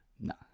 No